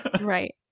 Right